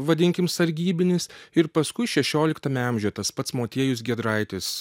vadinkim sargybinis ir paskui šešioliktame amžiuje tas pats motiejus giedraitis